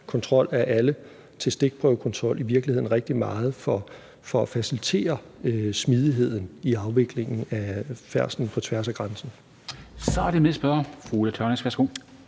kontrol af alle til stikprøvekontrol i virkeligheden rigtig meget for at facilitere smidigheden i afviklingen af færdslen på tværs af grænsen. Kl. 14:17 Formanden